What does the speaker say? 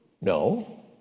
No